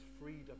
freedom